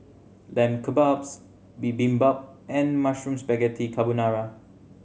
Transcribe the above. Lamb Kebabs Bibimbap and Mushroom Spaghetti Carbonara